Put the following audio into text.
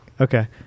Okay